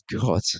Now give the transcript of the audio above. God